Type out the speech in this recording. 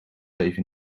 even